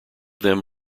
them